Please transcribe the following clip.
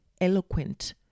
eloquent